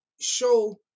show